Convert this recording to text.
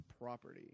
property